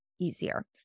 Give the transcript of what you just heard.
easier